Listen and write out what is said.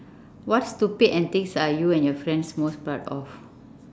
what stupid and things are you and your friends most proud of